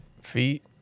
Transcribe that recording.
Feet